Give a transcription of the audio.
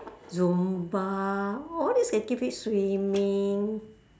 zumba all these activit~ swimming